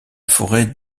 forêt